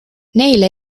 neile